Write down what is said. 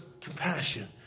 compassion